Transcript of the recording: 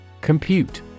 Compute